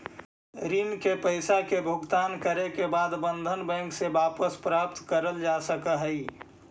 ऋण के पईसा के भुगतान करे के बाद बंधन बैंक से वापस प्राप्त करल जा सकऽ हई